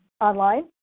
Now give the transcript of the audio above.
online